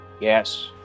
Yes